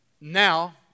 Now